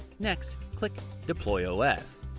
next, click deploy os.